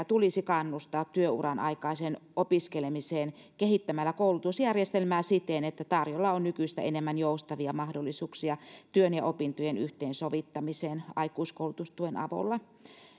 tulisi kannustaa työuran aikaisen opiskelemiseen kehittämällä koulutusjärjestelmää siten että tarjolla on nykyistä enemmän joustavia mahdollisuuksia työn ja opintojen yhteensovittamiseen aikuiskoulutustuen avulla